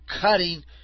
cutting